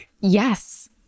Yes